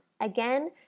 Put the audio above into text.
Again